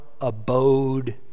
abode